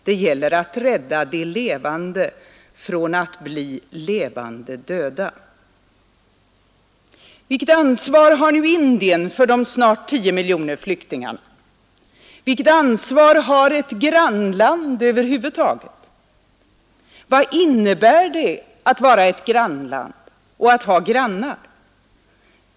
Det gäller att rädda de levande från att bli levande döda. Vilket ansvar har nu Indien för de snart tio miljoner flyktingarna? Vilket ansvar har ett grannland över huvud taget? Vad innebär det att vara ett grannland och att ha grannar?